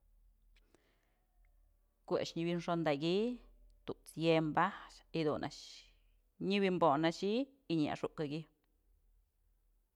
Ku'u a'ax nyë wi'ixondakyë tut's yëmbë a'ax y dun a'ax nyëwi'inbonaxi y nyaxukëkyë.